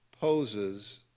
poses